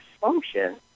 function